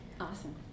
Awesome